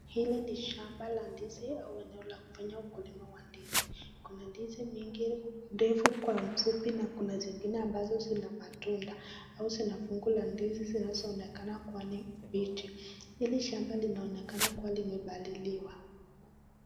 Hili ni shamba la ndizi au eneo la kufanyia ukilima wa ndizi. Kuna ndizi mingi ndefu kwa fupi na kuna zingine ambazo zina matunda au zina fungu la ndizi zinazoonekana kuwa ni mbichi. Hili shamba linaonekana kuwa limepaliliwa.